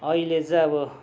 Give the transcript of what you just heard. अहिले चाहिँ अब